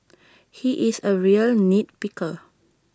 he is A real nit picker